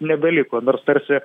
nebeliko nors tarsi